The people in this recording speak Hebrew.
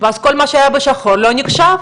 כל מה שהיה בשחור לא נחשב,